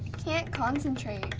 can't concentrate.